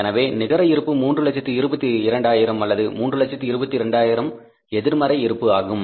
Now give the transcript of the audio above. எனவே நிகர இருப்பு 322000 அல்லது 322000 எதிர்மறை இருப்பு ஆகும்